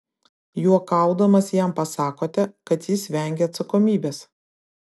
juokaudamas jam pasakote kad jis vengia atsakomybės